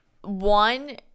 one